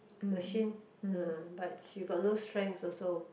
machine uh but she got no strengths also